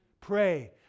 Pray